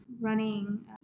running